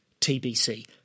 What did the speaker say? TBC